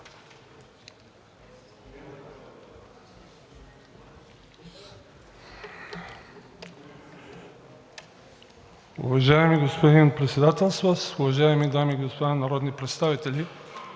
Уважаеми господин Председателстващ, уважаеми дами и господа народни представители!